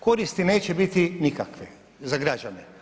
Koristi neće biti nikakve za građane.